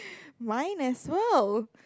mine as well